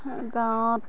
গাঁৱত